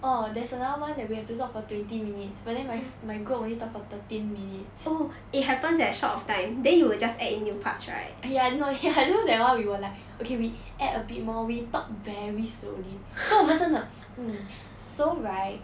oh there's another one that we have to talk for twenty minutes but then my my group only talk about thirteen minutes ya no ya you know you that one we were like okay we add a bit more we talk very slowly so 我们真的 mm so right